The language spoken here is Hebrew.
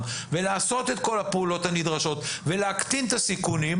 ולעשות את כל הפעולות הנדרשות ולהקטין את הסיכונים,